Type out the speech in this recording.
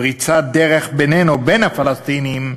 פריצת דרך בינינו ובין הפלסטינים,